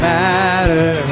matter